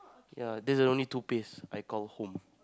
ya that's the only two place I call home